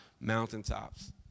mountaintops